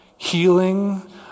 healing